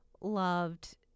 loved